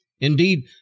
Indeed